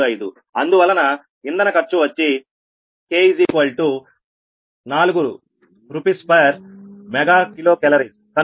0355అందువల్ల ఇంధన ఖర్చు వచ్చి k4 RsMkCalకనుక ak4×55